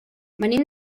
venim